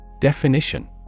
Definition